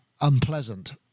unpleasant